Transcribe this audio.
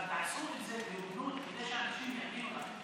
אבל תעשו את זה בהוגנות כדי שאנשים יאמינו לכם.